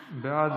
בעד,